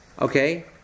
okay